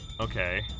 Okay